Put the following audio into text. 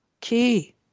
key